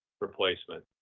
replacement